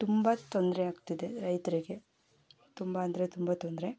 ತುಂಬ ತೊಂದರೆ ಆಗ್ತಿದೆ ರೈತರಿಗೆ ತುಂಬ ಅಂದರೆ ತುಂಬ ತೊಂದರೆ